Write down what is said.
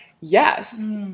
yes